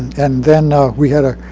and then we had a